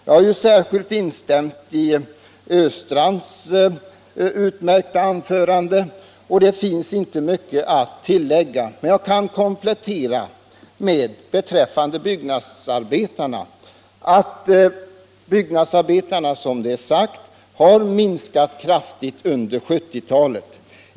Jag har särskilt instämt i herr Östrands utmärkta anförande, och det finns inte mycket att tillägga. Men jag vill ändå göra en komplettering. Byggnadsarbetarna har, som sagts, minskat kraftigt under 1970-talet.